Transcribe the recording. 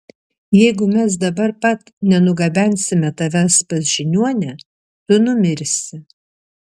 jeigu mes dabar pat nenugabensime tavęs pas žiniuonę tu numirsi